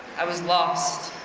i was lost.